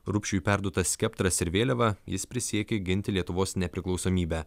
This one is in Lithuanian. rupšiui perduotas skeptras ir vėliava jis prisiekė ginti lietuvos nepriklausomybę